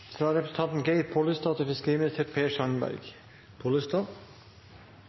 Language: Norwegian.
fra representanten Geir Pollestad til